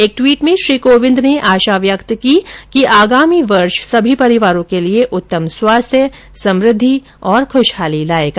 एक ट्वीट में श्री कोविंद ने आशा व्यक्त की है कि आगामी वर्ष सभी परिवारों के लिए उत्तम स्वास्थ्य समृद्धि और खुशहाली लाएगा